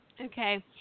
Okay